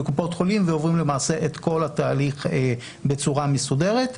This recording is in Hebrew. לקופות חולים ועוברים למעשה את כל התהליך בצורה מסודרת.